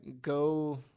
go